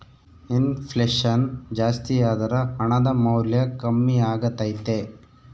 ಇನ್ ಫ್ಲೆಷನ್ ಜಾಸ್ತಿಯಾದರ ಹಣದ ಮೌಲ್ಯ ಕಮ್ಮಿಯಾಗತೈತೆ